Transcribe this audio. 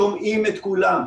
שומעים את כולם,